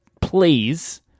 please